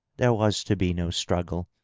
there was to be no struggle.